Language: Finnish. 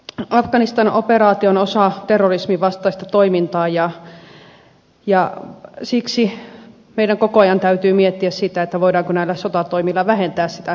mutta afganistan operaatio on osa terrorismin vastaista toimintaa ja siksi meidän koko ajan täytyy miettiä sitä voidaanko näillä sotatoimilla vähentää terrorismia